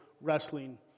wrestling